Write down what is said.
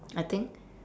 I think